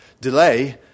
Delay